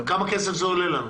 כמה כסף זה עולה לנו?